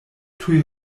tuj